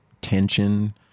tension